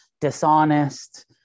dishonest